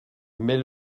mais